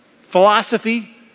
philosophy